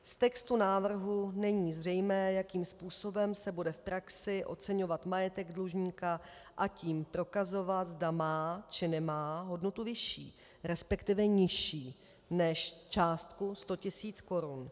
Z textu návrhu není zřejmé, jakým způsobem se bude v praxi oceňovat majetek dlužníka, a tím prokazovat, zda má, či nemá hodnotu vyšší, resp. nižší než částku 100 000 Kč.